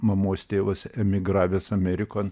mamos tėvas emigravęs amerikon